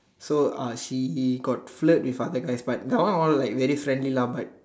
so uh she got flirt with other guys but that one all like very friendly lah but